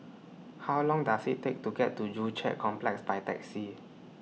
How Long Does IT Take to get to Joo Chiat Complex By Taxi